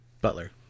Butler